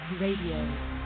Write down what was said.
Radio